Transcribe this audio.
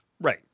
Right